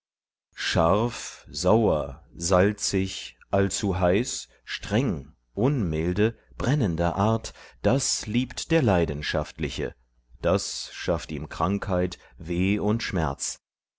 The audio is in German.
scharf sauer salzig allzu heiß streng unmilde brennender art das liebt der leidenschaftliche das schafft ihm krankheit weh und schmerz